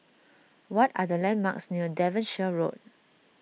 what are the landmarks near Devonshire Road